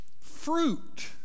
fruit